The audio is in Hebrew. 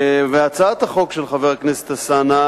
והצעת החוק של חבר הכנסת אלסאנע,